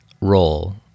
role